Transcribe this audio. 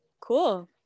Cool